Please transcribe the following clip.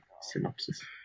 synopsis